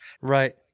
Right